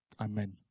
Amen